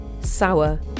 sour